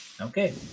Okay